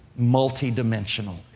multidimensional